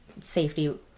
safety